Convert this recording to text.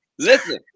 Listen